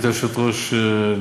גברתי היושבת-ראש,